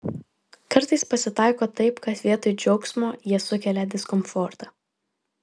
kartais pasitaiko taip kad vietoj džiaugsmo jie sukelia diskomfortą